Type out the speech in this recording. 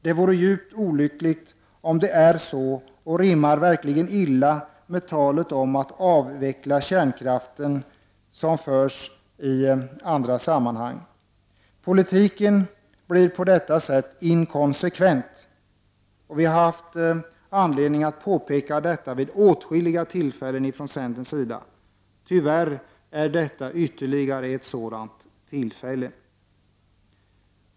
Det vore djupt olyckligt om det är så och rimmar verkligen illa med talet om att avveckla kärnkraften, som hörs i andra sammanhang. Politiken blir på detta sätt inkonsekvent. Vi har haft anledning att påpeka detta vid åtskilliga tillfällen. Tyvärr är detta ytterligare ett sådant tillfälle.